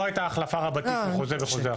לא הייתה החלפה רבתי של חוזה בחוזה אחר.